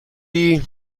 you